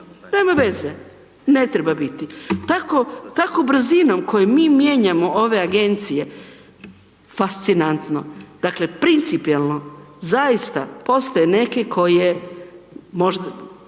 nema veze, ne treba biti. Takvom brzinom kojom mi mijenjamo ove agencije, fascinantno. Dakle principijelno, zaista postoje neke koje možda,